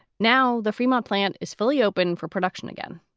now the fremont plant is fully open for production again.